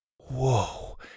Whoa